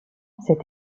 cette